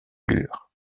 lure